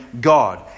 God